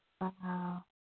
Wow